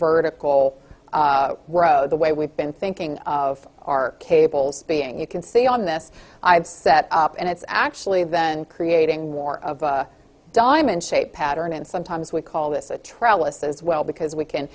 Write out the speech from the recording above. vertical row the way we've been thinking of our cables being you can see on this set up and it's actually then creating more of a diamond shape pattern and sometimes we call this a trellis as well because we can